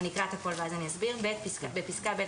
בפסקה (ב),